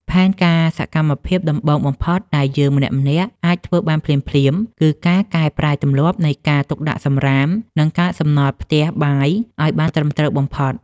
ផែនការសកម្មភាពដំបូងបំផុតដែលយើងម្នាក់ៗអាចធ្វើបានភ្លាមៗ គឺការកែប្រែទម្លាប់នៃការទុកដាក់សំរាម និងកាកសំណល់ផ្ទះបាយឱ្យបានត្រឹមត្រូវបំផុត។